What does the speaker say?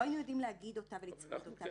היינו יודעים להגיד אותה ולצפות אותה.